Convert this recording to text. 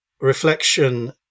reflection